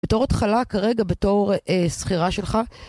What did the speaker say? בתור התחלה כרגע, בתור שכירה שלך.